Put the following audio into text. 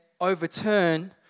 overturn